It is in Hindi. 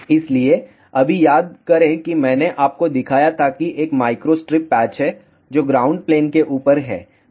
इसलिए अभी याद करें कि मैंने आपको दिखाया था कि एक माइक्रोस्ट्रिप पैच है जो ग्राउंड प्लेन के ऊपर है